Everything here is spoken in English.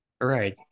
right